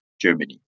Germany